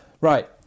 Right